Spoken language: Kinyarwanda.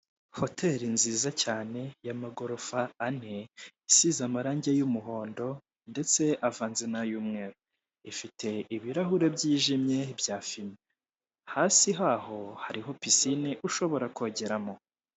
Hoteri nziza cyane y'amagorofa ane, isize amarangi y'umuhondo ndetse avanze n'ay'umweru. Ifite ibirahure byijimye bya fime, hasi haho hariho pisine ushobora kogeramo.